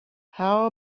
how